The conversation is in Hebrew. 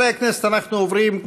חברי הכנסת, אנחנו עוברים,